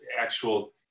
actual